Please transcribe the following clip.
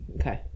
Okay